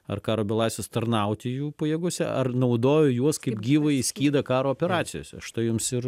ar karo belaisvius tarnauti jų pajėgose ar naudojo juos kaip gyvąjį skydą karo operacijose štai jums ir